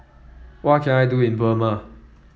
what can I do in Burma